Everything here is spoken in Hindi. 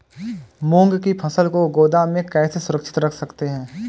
मूंग की फसल को गोदाम में कैसे सुरक्षित रख सकते हैं?